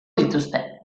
dituzte